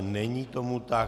Není tomu tak.